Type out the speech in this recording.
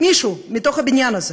מישהו מתוך הבניין הזה,